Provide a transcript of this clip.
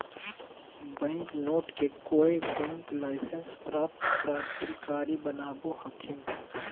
bank note के कोय bank licence प्राप्त प्राधिकारी बनावो हखिन